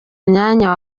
mwanya